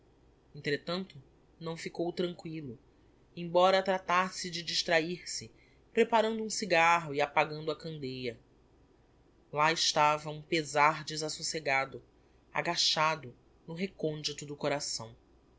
entretanto não ficou tranquillo embora tratasse de distrair-se preparando um cigarro e apagando a candeia lá estava um pezar desassocegado agachado no recondito do coração